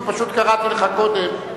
כי פשוט קראתי לך קודם,